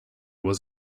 was